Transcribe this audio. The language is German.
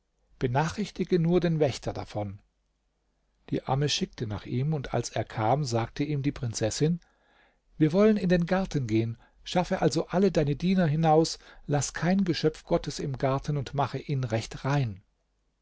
benachrichtige nur den wächter davon die amme schickte nach ihm und als er kam sagte ihm die prinzessin wir wollen in den garten gehen schaffe also alle deine diener hinaus laß kein geschöpf gottes im garten und mache ihn recht rein